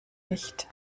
nicht